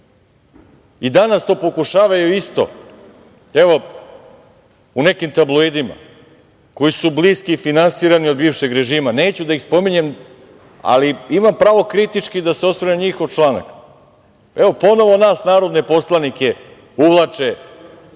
danas to pokušavaju isto. Evo, u nekim tabloidima koji su bliski i finansirani od bivšeg režima, neću da ih spominjem, ali imam pravo da se kritički osvrnem na njihov članak. Evo ponovo nas narodne poslanike uvlače